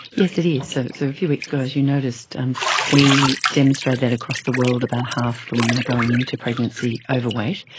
yes, it is. so so a few weeks ago, as you noticed, and we demonstrated across the world about half the women are going into pregnancy overweight,